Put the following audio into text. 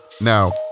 Now